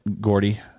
Gordy